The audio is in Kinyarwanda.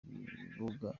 bibuga